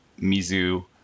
mizu